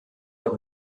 der